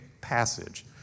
passage